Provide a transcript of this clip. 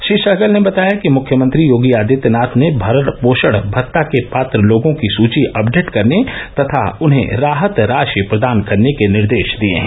श्री सहगल ने बताया कि मुख्यमंत्री योगी आदित्यनाथ ने भरण पोषण भत्ता के पात्र लोगो की सूची अपडेट करने तथा उन्हें राहत राशि प्रदान करने के निर्देश दिये हैं